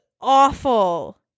awful